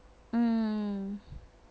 mm